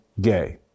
gay